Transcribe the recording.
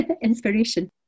inspiration